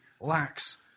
lacks